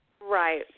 Right